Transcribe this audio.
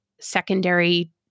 secondary